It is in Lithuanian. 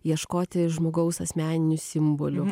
ieškoti žmogaus asmeninių simbolių